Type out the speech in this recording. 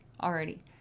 already